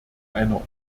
einer